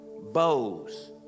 bows